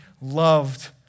loved